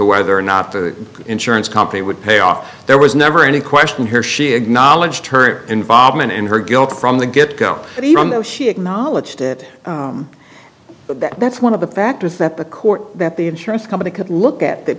whether or not the insurance company would pay off there was never any question here she acknowledged her involvement in her guilt from the get go and even though she acknowledged it that that's one of the factors that the court that the insurance company could look at that